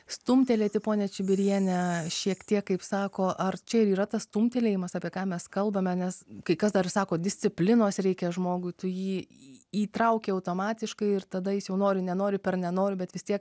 stumtelėti ponia čibiriene šiek tiek kaip sako ar čia ir yra tas stumtelėjimas apie ką mes kalbame nes kai kas dar sako disciplinos reikia žmogui tu jį įtrauki automatiškai ir tada jis jau nori nenori per nenoriu bet vis tiek